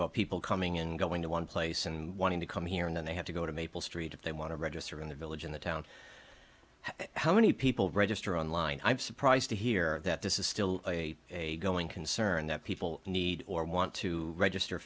about people coming and going to one place and wanting to come here and then they have to go to maple street if they want to register in the village in the town how many people register online i'm surprised to hear that this is still a a going concern that people need or want to register